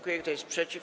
Kto jest przeciw?